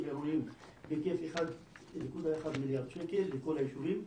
עירוניים בהיקף של 1.1 מיליארד שקל לכל היישובים.